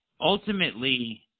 ultimately